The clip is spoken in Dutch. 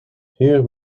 hier